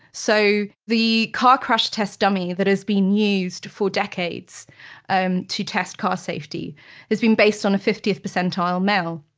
so the car crash test dummy that has been used for decades and to test car safety has been based on a fiftieth percentile male